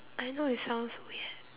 I know it sounds weird